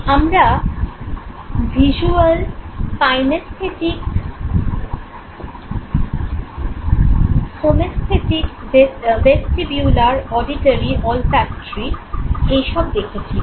আমরা visual kinaesthetic somaesthetic vestibular auditory olfactory এইসব দেখেছিলাম